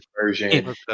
version